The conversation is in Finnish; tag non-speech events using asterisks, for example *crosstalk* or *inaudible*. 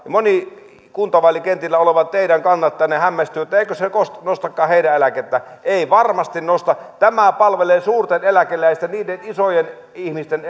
ja teidän monet kuntavaalikentillä olevat kannattajanne hämmästyvät että eikö se nostakaan heidän eläkettään ei varmasti nosta tämä palvelee suurten eläkeläisten etuja niiden isojen ihmisten *unintelligible*